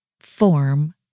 form